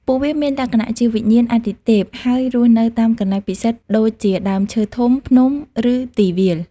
ពួកវាមានលក្ខណៈជាវិញ្ញាណអាទិទេពហើយរស់នៅតាមកន្លែងពិសិដ្ឋដូចជាដើមឈើធំ ភ្នំ ឬទីវាល។